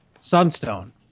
Sunstone